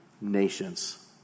nations